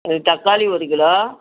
தக்காளி ஒரு கிலோ